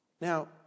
Now